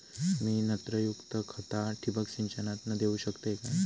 मी नत्रयुक्त खता ठिबक सिंचनातना देऊ शकतय काय?